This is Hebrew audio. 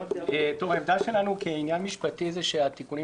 העמדה שלנו כעניין משפטי היא שהתיקונים